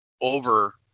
over